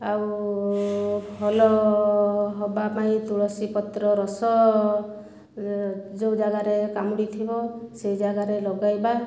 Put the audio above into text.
ଆଉ ଭଲ ହେବା ପାଇଁ ତୁଳସୀ ପତ୍ର ରସ ଯେଉଁ ଜାଗାରେ କାମୁଡ଼ିଥିବ ସେହି ଜାଗାରେ ଲଗାଇବା